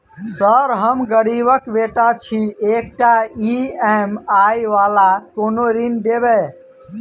Sir हम गरीबक बेटा छी एकटा ई.एम.आई वला कोनो ऋण देबै?